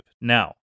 Now